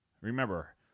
remember